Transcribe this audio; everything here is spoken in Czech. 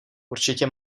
určitě